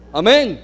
amen